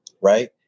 right